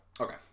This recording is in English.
Okay